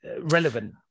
relevant